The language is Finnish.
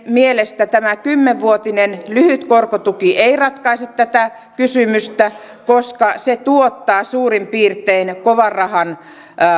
mielestä tämä kymmenvuotinen lyhyt korkotuki ei ratkaise tätä kysymystä koska se tuottaa suurin piirtein kovan rahan